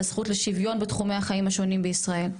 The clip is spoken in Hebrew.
לזכות לשוויון בתחומי החיים השונים בישראל.